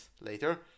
later